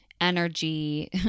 energy